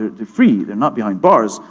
they're free they're not behind bars.